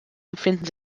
befinden